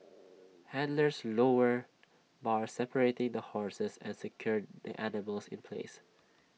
handlers lowered bars separating the horses and secured the animals in place